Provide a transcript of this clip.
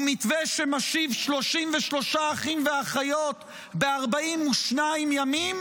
מתווה שמשיב 33 אחים ואחיות ב-42 ימים,